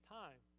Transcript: time